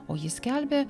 o ji skelbė